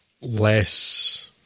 less